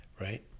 right